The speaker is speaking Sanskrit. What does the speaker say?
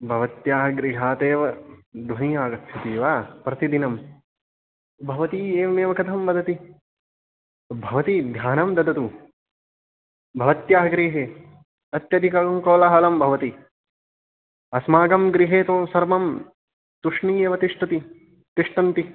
भवत्याः गृहादेव ध्वनिः आगच्छति वा प्रतिदिनं भवती एवमेव कथं वदति भवती ध्यानं ददातु भवत्याः गृहे अत्यधिकं कोलाहलं भवति अस्माकं गृहे तु सर्वं तुष्णीम् एव तिष्ठति तिष्ठन्ति